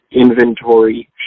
inventory